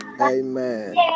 amen